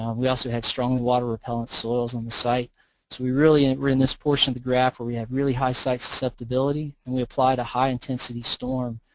um we also had strongly water repellent soils on the site. so we really were in this portion of the graph where we have really high site susceptibility and we applied a high-intensity storm,